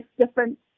different